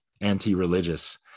anti-religious